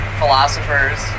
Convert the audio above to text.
philosophers